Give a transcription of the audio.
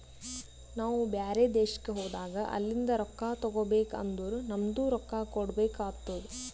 ನಾವು ಬ್ಯಾರೆ ದೇಶ್ಕ ಹೋದಾಗ ಅಲಿಂದ್ ರೊಕ್ಕಾ ತಗೋಬೇಕ್ ಅಂದುರ್ ನಮ್ದು ರೊಕ್ಕಾ ಕೊಡ್ಬೇಕು ಆತ್ತುದ್